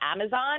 Amazon